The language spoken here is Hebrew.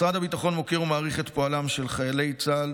משרד הביטחון מוקיר ומעריך את פועלם של חיילי צה"ל